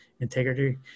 integrity